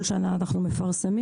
כל שנה אנחנו מפרסמים,